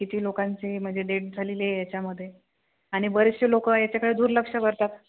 किती लोकांची म्हणजे डेट झालेले आहे याच्यामध्ये आणि बरेचसे लोक याच्याकडं दुर्लक्ष करतात